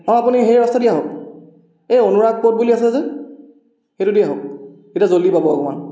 অঁ আপুনি সেই ৰাস্তা দি আহক এই অনুৰাগ পথ বুলি আছে যে সেইটো দি আহক তেতিয়া জলদি পাব অকণমান